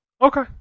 Okay